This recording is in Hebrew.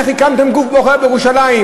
איך הקמתם גוף בוחר בירושלים,